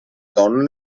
donne